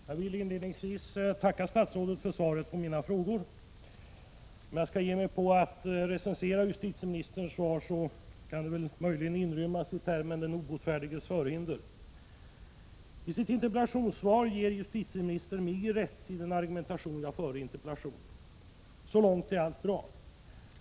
Herr talman! Inledningsvis vill jag tacka statsrådet för svaret på mina frågor i interpellationen. Om jag skall ge mig på att recensera justitieministerns svar, måste jag säga att det möjligen kan inrymmas i termen den obotfärdiges förhinder. Justitieministern ger mig rätt när det gäller min argumentation i interpellationen. Så långt är allting bra.